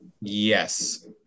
Yes